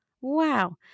Wow